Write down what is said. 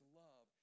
love